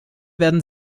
werden